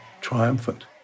triumphant